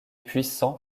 puissant